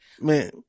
man